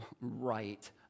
right